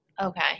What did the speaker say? Okay